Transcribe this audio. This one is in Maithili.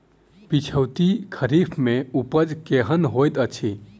पिछैती खरीफ मे उपज केहन होइत अछि?